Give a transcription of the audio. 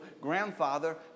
grandfather